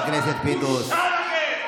בושה, שלכם.